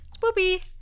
Spoopy